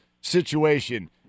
situation